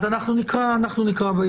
אז אנחנו נקרא בעברית.